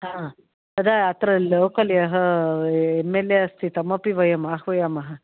तदा अत्र लोकल् यः एम् एल् ए अस्ति तमपि वयम् आह्वयामः